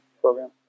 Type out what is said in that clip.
program